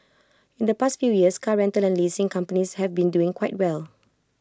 in the past few years car rental and leasing companies have been doing quite well